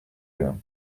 rien